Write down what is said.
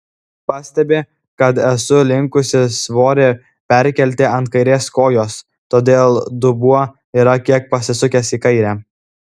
pastebi kad esu linkusi svorį perkelti ant kairės kojos todėl dubuo yra kiek pasisukęs į kairę